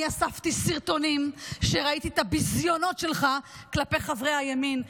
אני אספתי סרטונים כשראיתי את הביזיונות שלך כלפי חברי הימין.